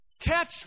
Catch